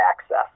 access